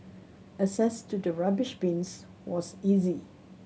access to the rubbish bins was easy